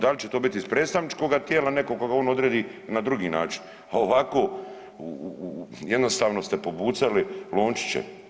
Da li će to biti iz predstavničkoga tijela netko koga on odredi ili na drugi način, a ovako jednostavno ste pobucali lončiće.